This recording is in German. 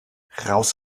raus